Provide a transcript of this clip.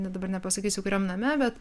net dabar nepasakysiu kuriam name bet